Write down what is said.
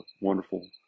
wonderful